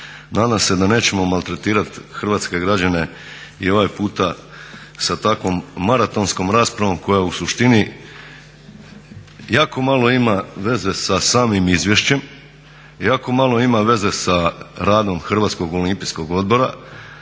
Nadam se da nećemo maltretirati hrvatske građane i ovaj puta sa takvom maratonskom raspravom koja u suštini jako malo ima veze sa samim izvješćem i jako malo ima veze sa radom Hrvatskog olimpijskog odbora,